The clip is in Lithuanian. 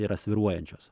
yra svyruojančios